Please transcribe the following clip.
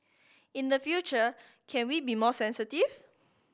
in the future can we be more sensitive